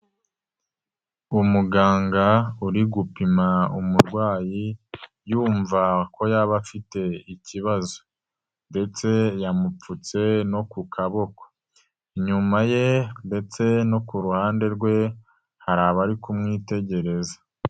Umuganga uri gupima umurwayi, yumva ko yaba afite ikibazo ndetse yamupfutse no ku kaboko, inyuma ye ndetse no ku ruhande rwe, hari abari kumwitegereza.